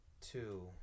Two